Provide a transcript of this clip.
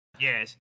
Yes